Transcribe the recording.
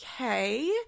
okay